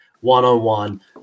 one-on-one